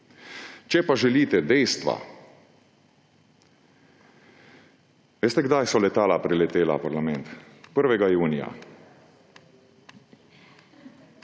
Če pa želite dejstva – veste, kdaj so letala preletela parlament? 1. junija.